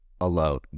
alone